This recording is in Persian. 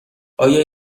آیا